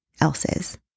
else's